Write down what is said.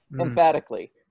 Emphatically